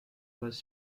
was